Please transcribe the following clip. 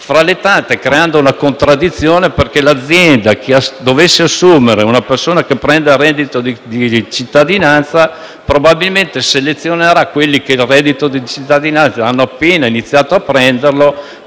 tra l'altro una contraddizione, perché l'azienda che dovesse assumere una persona che prende il reddito di cittadinanza probabilmente selezionerà quelli che il reddito di cittadinanza hanno appena iniziato a prenderlo,